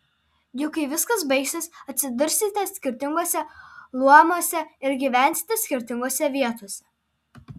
juk kai viskas baigsis atsidursite skirtinguose luomuose ir gyvensite skirtingose vietose